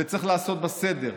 ושצריך לעשות בה סדר.